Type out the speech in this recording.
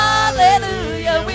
Hallelujah